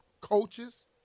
coaches